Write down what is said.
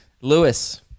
Lewis